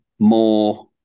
more